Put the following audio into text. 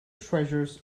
treasures